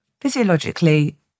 physiologically